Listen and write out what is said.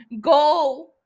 go